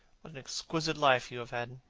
what an exquisite life you have had!